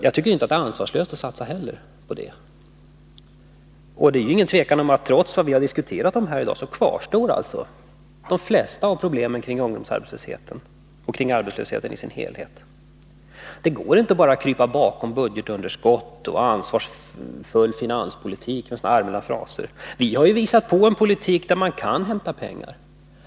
Jag tycker inte att det är ansvarslöst att satsa på åtgärder för ungdomar. Det är inget tvivel om att de flesta av problemen kring ungdomsarbetslösheten och arbetslösheten i sin helhet kvarstår, trots att vi har diskuterat problemen. Det går inte att bara krypa bakom budgetunderskott och ansvarsfull finanspolitik och sådana allmänna fraser. Vi har ju visat på en politik där man kan hämta pengar.